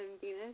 Venus